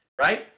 right